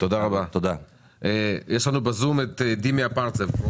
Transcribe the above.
יש לנו בזום את דימי אפרצב,